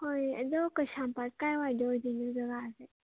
ꯍꯣꯏ ꯑꯗꯣ ꯀꯩꯁꯥꯝꯄꯥꯠ ꯀꯥꯗꯥꯏꯋꯥꯏꯗ ꯑꯣꯏꯗꯣꯏꯅꯣ ꯖꯒꯥꯁꯦ